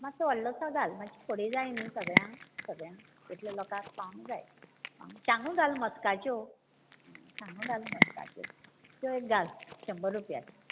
मातसो व्हडलो सो घाल मातशे फडी जाय न्हय सगळ्यांक इतल्या लोकांक पावूंक जाय सांगो घाल म्हसंगाच्यो संगो घाल म्हसंगाच्यो त्यो एक घाल शंबर रुप्यांच्यो